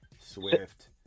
Swift